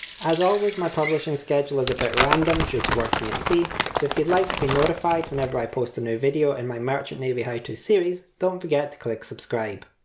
as always my publishing schedule is a bit random due to working at sea so if you'd like to be notified whenever i post a new video in my merchant navy how to series don't forget to click subscribe.